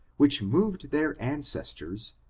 which moved their ancestors,